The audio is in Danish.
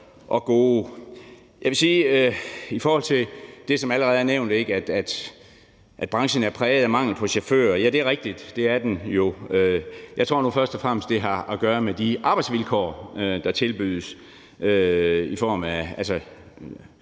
er nævnt, om, at branchen er præget af mangel på chauffører: Ja, det er rigtigt, det er den jo. Jeg tror nu først og fremmest, at det har noget at gøre med de arbejdsvilkår, der tilbydes, altså